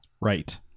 Right